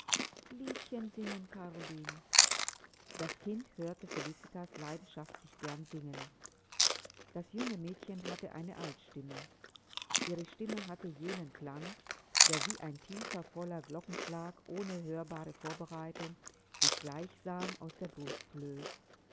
liedchen singen karoline das kind hörte felicitas leidenschaftlich gern singen das junge mädchen hatte eine altstimme ihre stimme hatte jenen klang der wie ein tiefer voller glockenschlag ohne hörbare vorbereitung sich gleichsam aus der brust löst